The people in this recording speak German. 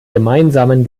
gemeinsamen